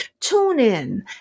TuneIn